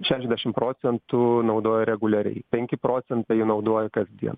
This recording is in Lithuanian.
šešiasdešim procentų naudoja reguliariai penki procentai naudoja kasdien